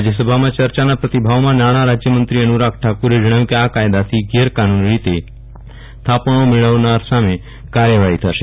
રાજયસભામાં યર્યાના પ્રતિભાવમાં નાણાં રાજયમંત્રી અનુરાગ ઠાકુરે જણાવ્યું કે આ કાયદાથી ગેરકાનૂની રીતે થાપણો મેળવનાર સામે કાર્યવાહી થશે